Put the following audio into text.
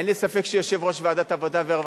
אין לי ספק שיושב-ראש ועדת העבודה והרווחה,